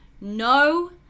no